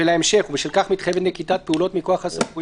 וההמשך: "ובשל כך מתחייבת נקיטת אם לא יינקטו פעולות מכוח הסמכויות",